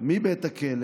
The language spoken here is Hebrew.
מבית הכלא